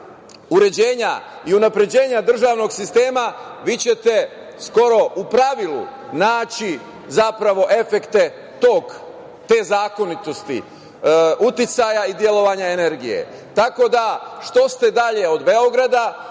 uređenja i unapređenja državnog sistema, vi ćete skoro u pravilu naći zapravo efekte te zakonitosti uticaja i delovanja energije. Tako da, što ste dalje od Beograda